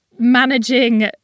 managing